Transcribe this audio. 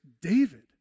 David